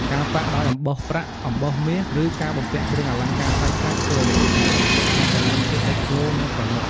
ការប៉ាក់ដោយអំបោះប្រាក់ អំបោះមាស ឬការបំពាក់គ្រឿងអលង្ការប្លែកៗ ធ្វើឱ្យឈុតសម្លៀកបំពាក់កាន់តែមានភាពលេចធ្លោ និងប្រណីត។